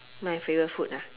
my favourite food ah